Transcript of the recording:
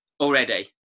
already